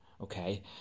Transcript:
Okay